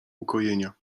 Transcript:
ukojenia